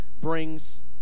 brings